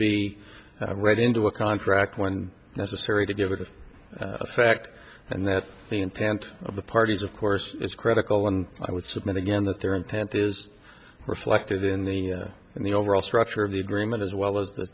be read into a contract when necessary to give a good effect and that the intent of the parties of course is critical and i would submit again that their intent is reflected in the in the overall structure of the agreement as well as the